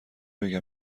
بگم